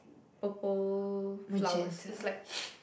purple flowers is like